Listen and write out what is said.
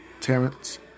Terrence